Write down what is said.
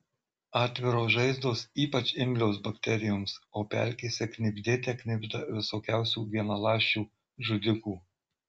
atviros žaizdos ypač imlios bakterijoms o pelkėse knibždėte knibžda visokiausių vienaląsčių žudikų